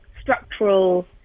structural